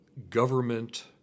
government